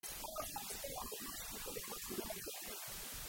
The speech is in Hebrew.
מספר זה הוא מספר הריבוי שכנגד ארבעה צדדים המחולקים